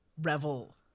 revel